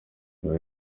ibi